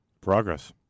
Progress